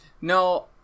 no